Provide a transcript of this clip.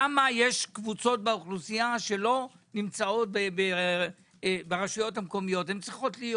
למה יש קבוצות באוכלוסייה שלא נמצאות ברשויות המקומות - וצריכות להיות.